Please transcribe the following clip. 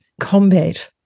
combat